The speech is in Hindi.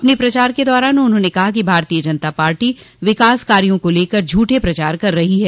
अपने प्रचार के दौरान उन्होंने कहा कि भारतीय जनता पार्टी विकास कार्यो को लेकर झूठे प्रचार कर रही है